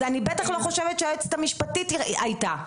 אז אני בטח לא חושבת שהיועצת המשפטית הייתה.